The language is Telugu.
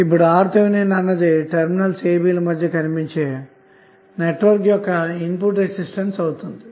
ఇప్పుడు RTh అనేది టెర్మినల్ a b ల మధ్య కనిపించే నెట్వర్క్ యొక్క ఇన్పుట్ రెసిస్టెన్స్ అవుతుంది